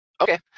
Okay